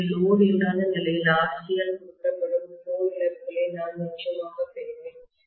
எனவே லோடு இல்லாத நிலையில் RC யால் குறிப்பிடப்படும் கோர் இழப்புகளை நான் நிச்சயமாக பெறுவேன்